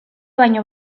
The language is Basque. baino